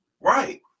Right